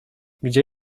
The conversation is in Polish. gdzie